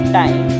time